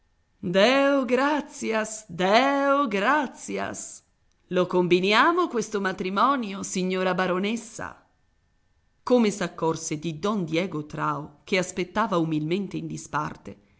deo gratias deo gratias lo combiniamo questo matrimonio signora baronessa come s'accorse di don diego trao che aspettava umilmente in disparte